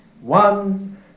One